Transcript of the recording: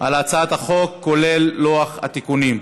על הצעת החוק, כולל לוח התיקונים.